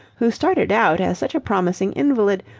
who started out as such a promising invalid,